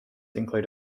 include